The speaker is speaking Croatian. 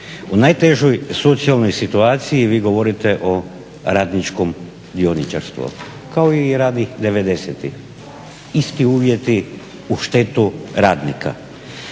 U najtežoj socijalnoj situaciji vi govorite o radničkom dioničarstvu kao i ranih '90-ih. Isti uvjeti po štetu radnika.